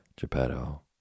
Geppetto